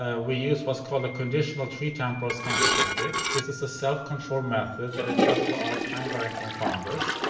ah we use what's called a conditional tree-temporal scan statistic, this is a self-controlled method that adjusts for all time-varying confounders.